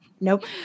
Nope